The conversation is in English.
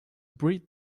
breed